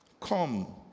Come